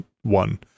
one